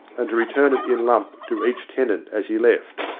and return it in lump to each tenant as he left.